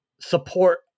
support